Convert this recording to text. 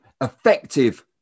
effective